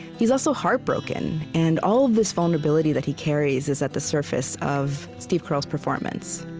he's also heartbroken, and all of this vulnerability that he carries is at the surface of steve carell's performance